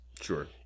Sure